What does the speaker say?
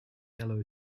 yellow